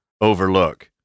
overlook